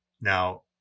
Now